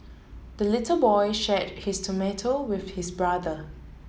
the little boy shared his tomato with his brother